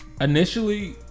Initially